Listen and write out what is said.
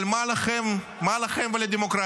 אבל מה לכם ולדמוקרטיה?